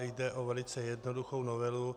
Jde o velice jednoduchou novelu.